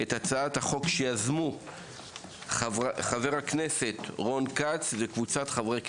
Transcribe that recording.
את הצעת החוק יזמו חבר הכנסת רון כץ וקבוצת חברי כנסת.